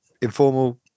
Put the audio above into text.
informal